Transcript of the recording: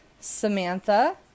samantha